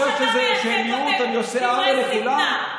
כשאני אומר שזה מיעוט, אני עושה עוול לכולם?